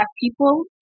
people